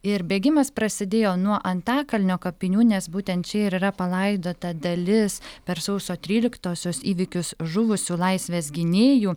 ir bėgimas prasidėjo nuo antakalnio kapinių nes būtent čia yra palaidota dalis per sausio tryliktosios įvykius žuvusių laisvės gynėjų